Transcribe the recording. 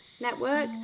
network